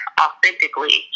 authentically